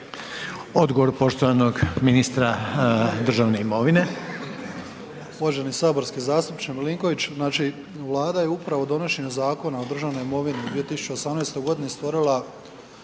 Odgovor poštovanog ministra državne imovine.